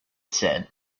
said